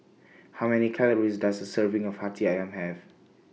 How Many Calories Does A Serving of Hati Ayam Have